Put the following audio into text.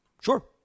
Sure